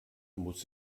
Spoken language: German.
muss